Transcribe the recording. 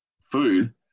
food